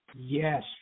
Yes